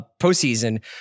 postseason